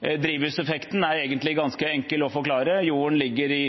Drivhuseffekten er egentlig ganske enkel å forklare. Jorden ligger i